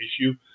issue